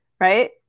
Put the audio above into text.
right